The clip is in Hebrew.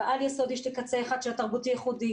בעל-יסודי יש קצה אחד של התרבותי-ייחודי,